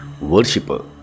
worshipper